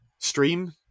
stream